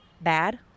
bad